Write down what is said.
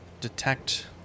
detect